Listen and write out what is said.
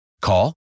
Call